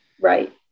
Right